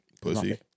Pussy